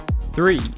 three